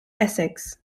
essex